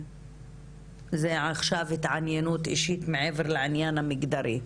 זה עכשיו התעניינות אישית מעבר לענין המגדרי,